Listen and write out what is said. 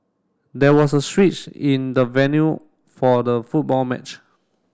there was a switch in the venue for the football match